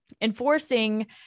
enforcing